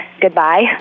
goodbye